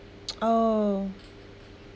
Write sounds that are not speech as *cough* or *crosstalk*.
*noise* oh